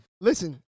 Listen